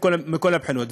מכל הבחינות.